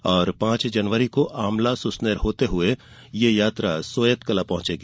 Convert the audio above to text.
और पांच जनवरी को आमला सुसनेर होते हुए ये यात्रा सोयतकला पहॅचेंगी